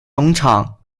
农场